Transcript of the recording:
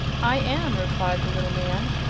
i am, replied the little man.